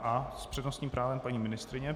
S přednostním právem paní ministryně.